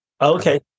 okay